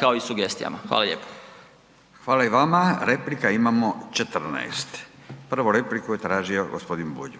kao i sugestijama. Hvala lijepo. **Radin, Furio (Nezavisni)** Hvala i vama. Replika imamo 14. Prvu repliku je tražio gospodin Bulj.